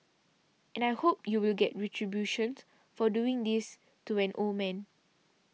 and I hope you will get retribution for doing this to an old man